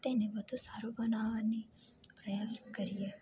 તેને વધુ સારું બનાવવાની પ્રયાસ કરીએ